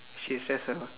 she's just a